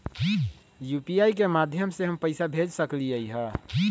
UPI के माध्यम से हम पैसा भेज सकलियै ह?